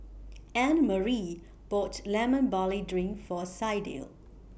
Annemarie bought Lemon Barley Drink For Sydell